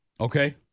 Okay